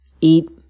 eat